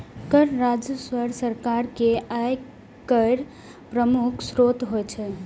कर राजस्व सरकार के आय केर प्रमुख स्रोत होइ छै